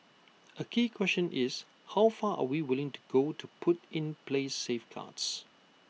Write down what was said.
A key question is how far are we willing to go to put in place safeguards